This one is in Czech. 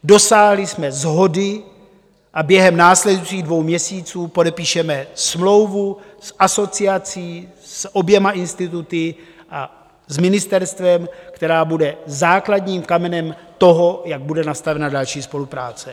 Dosáhli jsme shody a během následujících dvou měsíců podepíšeme smlouvu s asociací, s oběma instituty a s ministerstvem, která bude základním kamenem toho, jak bude nastavena další spolupráce.